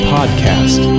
Podcast